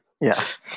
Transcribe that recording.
Yes